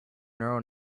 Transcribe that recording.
neural